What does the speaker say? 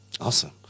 Awesome